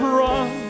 run